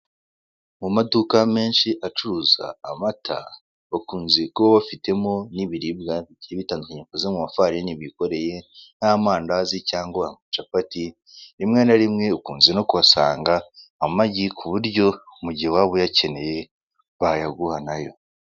Mu maduka menshi acuruza amata bakunze kuba bafitemo n'ibiribwa bigiye bitandukanye bikoze mu mafarini bikoreye nk'amandazi cyangwa capati rimwe na rimwe ukunze no kuhasanga amagi ku buryo mu gihe waba uyakeneye bayaguha nayo.